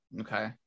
Okay